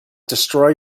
destroy